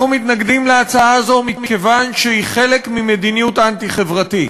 אנחנו מתנגדים להצעה הזו מכיוון שהיא חלק מהמדיניות האנטי-חברתית.